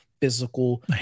physical